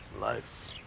life